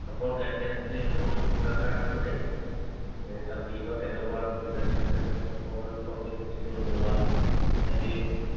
upon ꯒꯥꯏꯗꯦꯟꯁꯇꯤ ꯑꯗꯨꯝ ꯗꯔꯀꯥꯔ ꯑꯗꯨꯝ ꯂꯩ ꯑꯗꯒꯤ ꯇꯝꯕꯤꯕ ꯀꯩꯗꯧꯕ ꯔꯤꯂꯦꯛꯁꯦꯁꯟ ꯑꯗꯒꯤ ꯄ꯭ꯔꯣꯕ꯭ꯂꯦꯝ ꯁꯣꯜꯚꯤꯡ ꯑꯗꯒꯤ ꯏꯁꯀꯤꯜꯒꯨꯝꯕ ꯍꯥꯏꯗꯤ